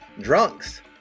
Drunks